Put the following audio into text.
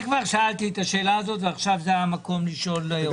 אני כבר שאלתי את השאלה הזאת ועכשיו זה המקום לשאול אותך.